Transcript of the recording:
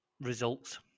results